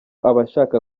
abashaka